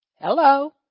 Hello